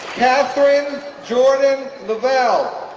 katherine jordan lovell,